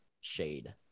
shade